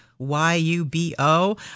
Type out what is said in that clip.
Y-U-B-O